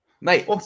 Mate